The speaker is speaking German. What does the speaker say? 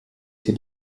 die